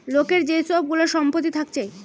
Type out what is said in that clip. লোকের যে সব গুলা সম্পত্তি থাকছে